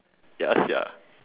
ya sia